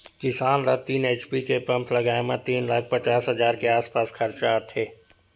किसान ल तीन एच.पी के पंप लगाए म तीन लाख पचास हजार के आसपास खरचा आथे